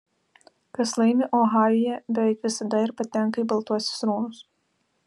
kas laimi ohajuje beveik visada ir patenka į baltuosius rūmus